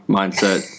mindset